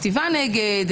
כתיבה נגד,